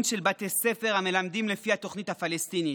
של בתי ספר המלמדים לפי התוכנית הפלסטינית.